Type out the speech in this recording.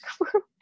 group